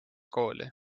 kooli